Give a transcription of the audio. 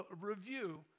review